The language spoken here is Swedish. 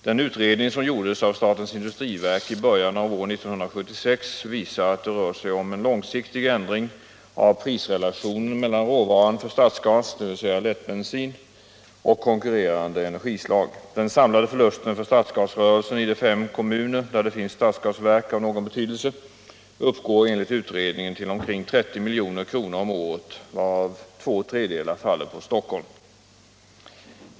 Den utredning som gjordes av statens industriverk i början av år 1976 visar att det rör sig om en långsiktig ändring av prisrelationen mellan råvaran för stadsgas, dvs. lättbensin, och konkurrerande energislag. Den samlade förlusten för stadsgasrörelsen i de fem kommuner där det finns stadsgasverk av någon betydelse uppgår enligt utredningen till omkring 30 milj.kr. om året, varav två tredjedelar faller på Stockholm.